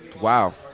Wow